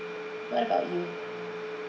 what about you